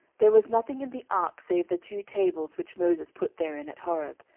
there was nothing in the ark save the two tables which moses put therein at horeb,